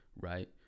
right